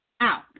Out